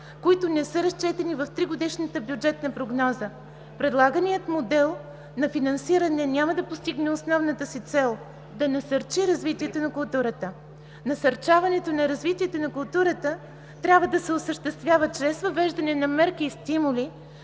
които не са разчетени в тригодишната бюджетна прогноза. Предлаганият модел на финансиране няма да постигне основната си цел – да насърчи развитието на културата. Насърчаването на развитието на културата трябва да се осъществява чрез въвеждане на мерки и стимули,